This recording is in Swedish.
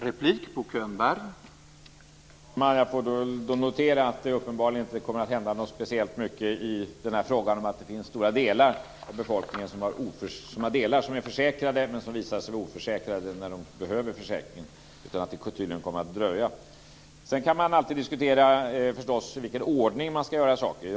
Herr talman! Jag får då notera att det uppenbarligen inte kommer att hända speciellt mycket i frågan om att det finns stora delar av befolkningen som är försäkrade men som visar sig vara oförsäkrade när de behöver försäkringen. Detta kommer tydligen att dröja. Sedan kan man förstås alltid diskutera i vilken ordning man ska göra saker.